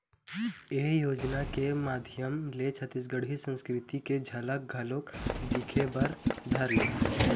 ए योजना के माधियम ले छत्तीसगढ़ी संस्कृति के झलक घलोक दिखे बर धर लेथे